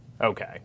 Okay